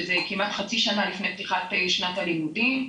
שזה כמעט חצי שנה לפני פתיחת שנת הלימודים.